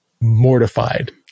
mortified